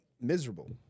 miserable